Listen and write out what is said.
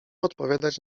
odpowiadać